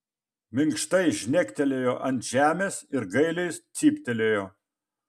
minkštai žnektelėjo ant žemės ir gailiai cyptelėjo